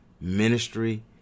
ministry